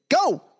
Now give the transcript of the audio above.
go